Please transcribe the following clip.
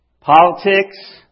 politics